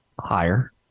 higher